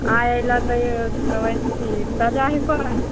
एहिले तऽ ए वइसी ताजा हिलकोरा